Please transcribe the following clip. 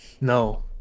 no